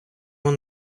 вам